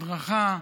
הדרכה,